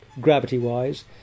gravity-wise